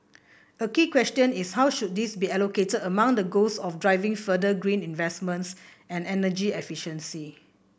a key question is how should these be allocated among the goals of driving further green investments and energy efficiency